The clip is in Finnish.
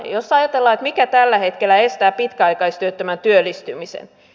jos ajatellaan mikä tällä hetkellä estää pitkäaikaistyöttömän työllistymisen